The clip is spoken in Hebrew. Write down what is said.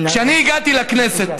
כשאני הגעתי לכנסת